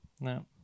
No